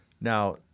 Now